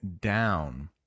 down